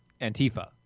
Antifa